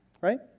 right